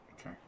Okay